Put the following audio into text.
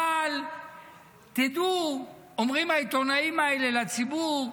אבל תדעו, אומרים העיתונאים האלה לציבור: